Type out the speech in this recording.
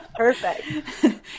Perfect